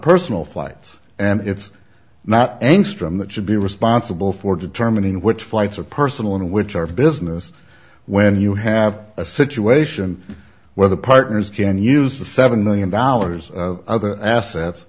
personal flights and it's not engstrom that should be responsible for determining which flights are personal and which are business when you have a situation where the partners can use the seven million dollars other assets